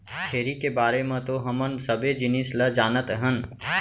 छेरी के बारे म तो हमन सबे जिनिस ल जानत हन